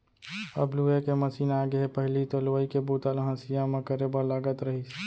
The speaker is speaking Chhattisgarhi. अब लूए के मसीन आगे हे पहिली तो लुवई के बूता ल हँसिया म करे बर लागत रहिस